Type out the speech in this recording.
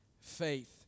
faith